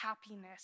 Happiness